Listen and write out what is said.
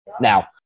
Now